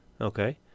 Okay